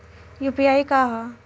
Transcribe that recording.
UPI का ह?